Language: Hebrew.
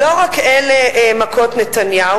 טוב, אבל לא רק אלה מכות נתניהו.